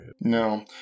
No